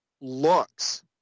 looks